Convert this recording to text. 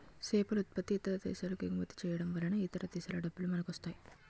సేపలుత్పత్తి ఇతర దేశాలకెగుమతి చేయడంవలన ఇతర దేశాల డబ్బులు మనకొస్తాయి